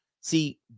see